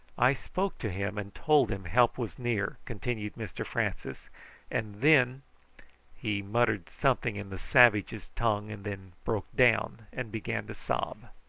i spoke to him and told him help was near, continued mr francis and then he muttered something in the savages' tongue, and then broke down and began to sob.